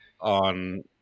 on